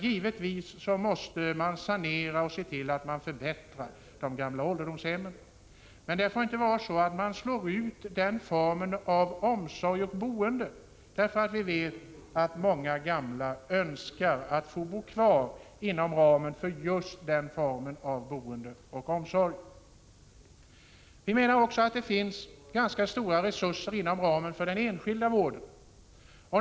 Givetvis måste de gamla ålderdomshemmen saneras och förbättras, men den formen av omsorg och boende får inte slås ut. Vi vet att många gamla önskar att få bo kvar inom ramen för just den formen av boende och omsorg. Vi menar också att det finns ganska stora resurser inom den enskilda vården.